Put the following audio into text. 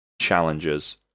challenges